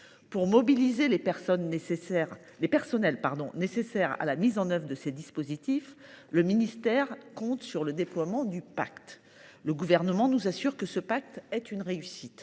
Pour mobiliser le personnel nécessaire à la mise en œuvre de ces dispositifs, le ministère compte sur le déploiement du pacte enseignant. Le Gouvernement nous assure que celui ci est une réussite